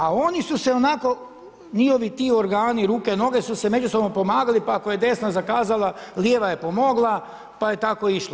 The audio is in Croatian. A oni su se onako njihovi ti organi ruke i noge su se međusobno pomagali, pa ako je desna zakazala lijeva je pomogla pa je tako išlo.